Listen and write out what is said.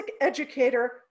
educator